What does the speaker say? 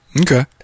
Okay